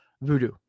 Voodoo